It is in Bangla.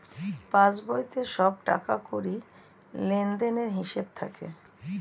পাসবইতে সব টাকাকড়ির লেনদেনের হিসাব থাকে